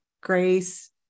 grace